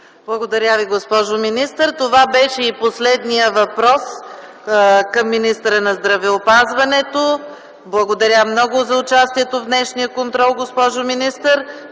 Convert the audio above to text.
Благодаря Ви, госпожо министър. Това беше последният въпрос към министъра на здравеопазването. Благодаря много за участието в днешния контрол, госпожо министър.